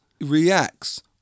reacts